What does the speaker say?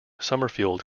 summerfield